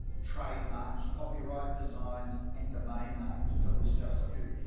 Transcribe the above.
trademarks, copyright, designs and domain names to list just a few.